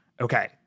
Okay